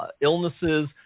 illnesses